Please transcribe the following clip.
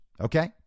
Okay